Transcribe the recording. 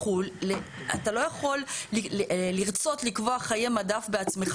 --- אתה לא יכול לרצות לקבוע חיי מדף בעצמך